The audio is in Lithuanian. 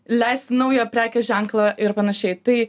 leisti naują prekės ženklą ir panašiai tai